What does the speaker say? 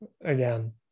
again –